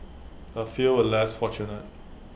A few were less fortunate